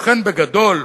לכן, בגדול,